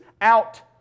out